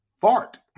fart